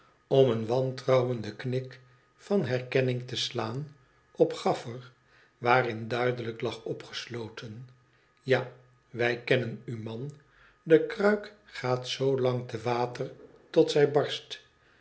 om een wantrouwenden knik van herkenning te slaan op gaffer waarin duidelijk lag opgesloten ta wij kennen u man j de kruik gaat zoo lang te water tot zij barst